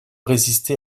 résister